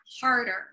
harder